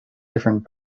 different